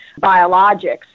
biologics